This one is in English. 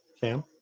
Sam